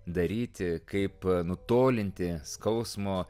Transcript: daryti kaip nutolinti skausmo